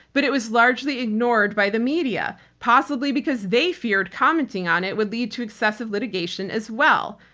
but it was largely ignored by the media, possibly because they feared commenting on it would lead to excessive litigation as well.